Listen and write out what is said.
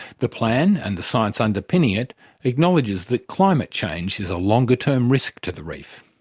the plan and the science underpinning it acknowledges that climate change is a longer-term risk to the reef.